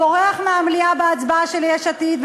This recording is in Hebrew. בורח מהמליאה בהצבעה של יש עתיד.